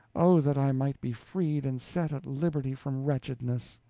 oh, that i might be freed and set at liberty from wretchedness!